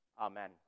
Amen